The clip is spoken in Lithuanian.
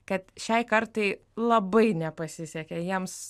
kad šiai kartai labai nepasisekė jiems